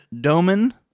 Doman